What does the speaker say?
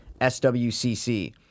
SWCC